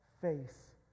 face